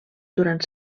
durant